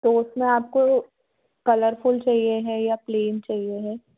तो उसमें आपको कलरफुल चाहिए है या प्लेन चाहिए है